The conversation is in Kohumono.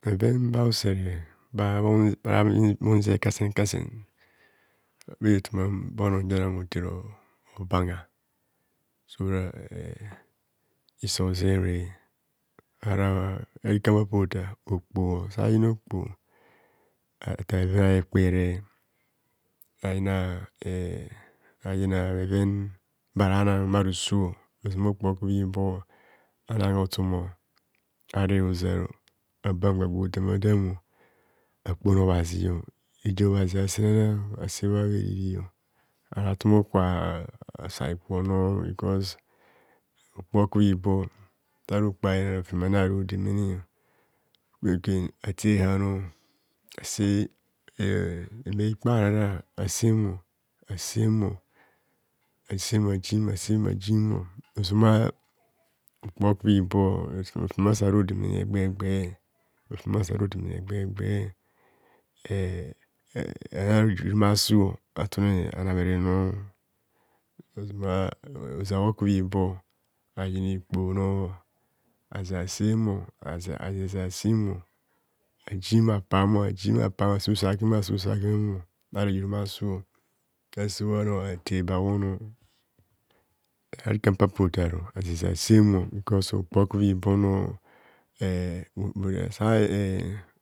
Bheven ba usere ba bhi ba bhunse kasen kasen bhe tomam toma bono ojo nang otere obangha sora eh iso hozere ada eh arika mpapo otav okpoho sa yina okpoha ata bheven a ekpere ayina e ayina bheven baranang bharoso ozama okpo bhibo anang hotumo are hozar aban gwa gwo damadam, akpona obhazio reje obhazi asenana ase bha eriri ara tumbhukwa asa hikpono cos okpoho oku bhibo sara okpoho ayina ro fem ani harodemene ateyano ase reme rikpe aharara, asemo asemo asem ajim asem ajim ozoma okpoho oku bhibo rofem saro demene egba o egba rofem saro demene egba o egba ano ara irumasu atunene anahere no, ozama oza hoku bhibo ayina ikpono aze asem az azezia asemo ajim apamo ajim apamo ase. Usa gwen ase usa gwen ara hirumasu ase bhonor ate babhonor arika mpapo hotar sasemo cos okpo oku bhibono ehh opora se yeng